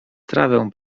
trawę